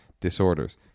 disorders